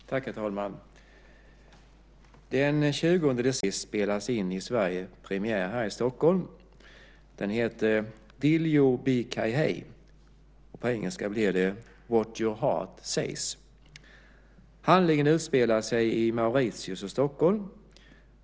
Herr talman! Den 20 december har den första indiska film som delvis spelats in i Sverige premiär här i Stockholm. Den heter Dil Jo Bhi Kahey . På engelska blir det What your heart says . Handlingen utspelar sig på Mauritius och i Stockholm.